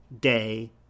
day